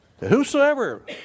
whosoever